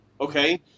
okay